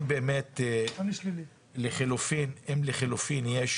אם לחלופין, באמת יש